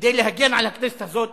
כדי להגן על הכנסת הזאת,